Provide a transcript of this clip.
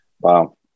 Wow